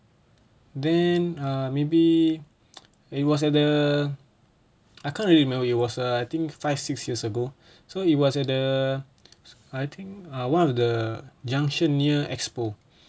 then err maybe it was at the I can't really remember it was uh I think five six years ago so it was at the I think one of the junction near expo